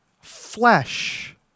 flesh